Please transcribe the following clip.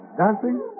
Dancing